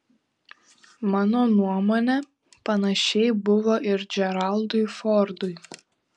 mano nuomone panašiai buvo ir džeraldui fordui